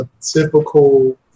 typical